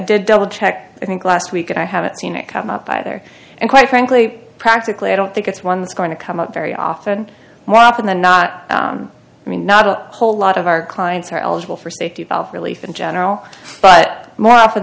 did double check i think last week and i haven't seen it come up either and quite frankly practically i don't think it's one that's going to come up very often more often than not i mean not a whole lot of our clients are eligible for safety valve relief in general but more often